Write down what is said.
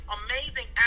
amazing